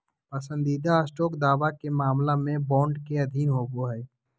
पसंदीदा स्टॉक दावा के मामला में बॉन्ड के अधीन होबो हइ